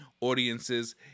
audiences